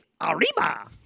arriba